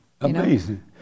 Amazing